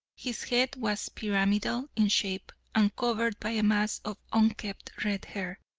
his head was pyramidal in shape, and covered by a mass of unkempt red hair.